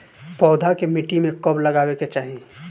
पौधा के मिट्टी में कब लगावे के चाहि?